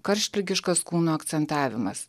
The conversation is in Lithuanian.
karštligiškas kūno akcentavimas